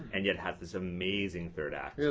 and yet it has this amazing third act. yeah